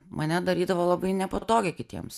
mane darydavo labai nepatogią kitiems